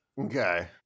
okay